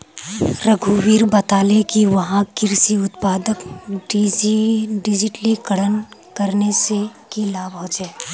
रघुवीर बताले कि वहाक कृषि उत्पादक डिजिटलीकरण करने से की लाभ ह छे